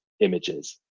images